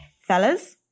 fellas